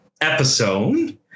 episode